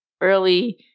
Early